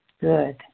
Good